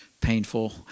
painful